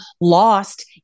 lost